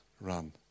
run